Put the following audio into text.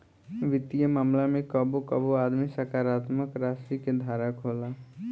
वित्तीय मामला में कबो कबो आदमी सकारात्मक राशि के धारक होला